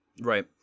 right